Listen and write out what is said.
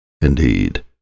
Indeed